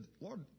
Lord